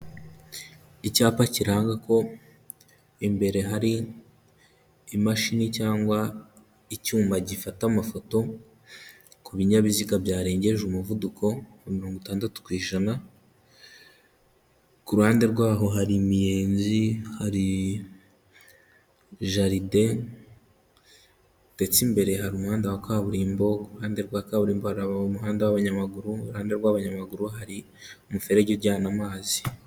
Icyapa kiranga ko imbere hari imashini cyangwa icyuma gifata amafoto ku binyabiziga byarengeje umuvuduko wa mirongo itandatu ku ijana, ku ruhande rwaho hari imiyenzi, hari jaride, ndetse imbere hari umuhanda wa kaburimbo, ku ruhande rwa kaburimbo hari umuhanda w'abanyamagu, iruhande rw'abanyamaguru hari umuferege ujyana amazi.